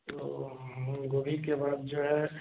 तो गोभी के बाद जो है